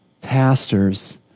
pastors